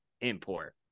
import